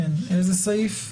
איזה סעיף?